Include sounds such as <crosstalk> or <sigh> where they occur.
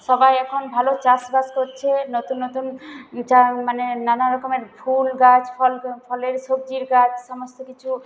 সবাই এখন ভালো চাষবাস করছে নতুন নতুন <unintelligible> মানে নানা রকমের ফুল গাছ ফল গাছ ফলের সবজির গাছ সমস্ত কিছু